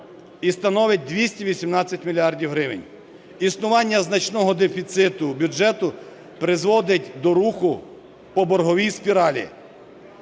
і становить 218 мільярдів гривень. Існування значного дефіциту бюджету призводить до руху по борговій спіралі.